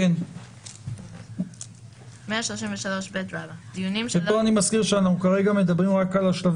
אני אקרא את הרשימה, ואני אציע כמה תיקונים